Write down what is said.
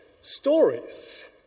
stories